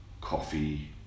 coffee